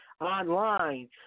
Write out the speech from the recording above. online